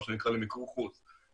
מה שנקרא למיקור חוץ,